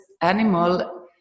animal